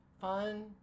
fun